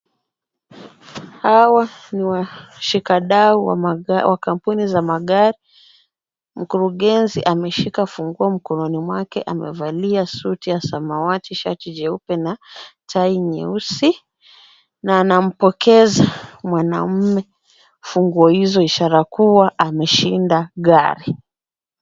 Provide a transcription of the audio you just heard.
Hawa ni washikadau wa kampuni za magari. Mkurugenzi ameshika funguo mkononi mwake, amevalia suti ya samawati, shati jeupe, na tai nyeusi. Na anampokeza mwanamume funguo hizo ishare kuwa ameshinda gari.